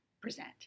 present